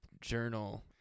journal